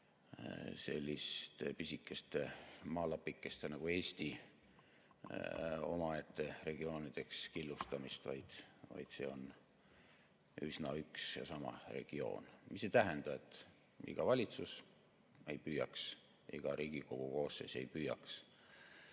sellist pisikeste maalapikeste nagu Eesti omaette regioonideks killustamist. See on üsna üks ja sama regioon. Aga see ei tähenda, et iga valitsus ei püüaks, iga Riigikogu koosseis ei püüaks